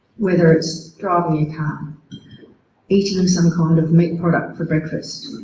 whether it's driving your car, eating and some kind of meat product for breakfast,